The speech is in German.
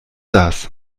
das